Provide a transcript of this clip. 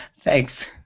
Thanks